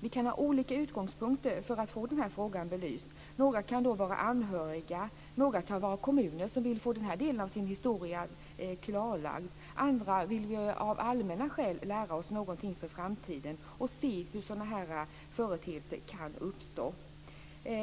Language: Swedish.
Vi kan ha olika utgångspunkter för att få den här frågan belyst. Några kan vara anhöriga, och några kan vara kommuner som vill få den här delen av sin historia klarlagd. Andra vill av allmänna skäl lära sig någonting för framtiden och se hur sådana här företeelser kan uppstå.